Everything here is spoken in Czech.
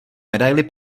medaili